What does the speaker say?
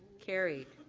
carried.